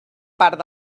part